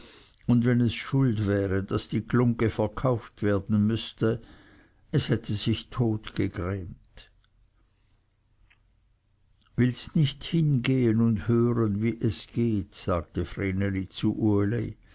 und wenn es schuld wäre daß die glungge verkauft werden müßte es hätte sich totgegrämt willst nicht hingehen und hören wie es geht sagte vreneli zu